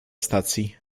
stacji